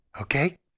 Okay